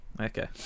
okay